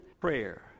prayer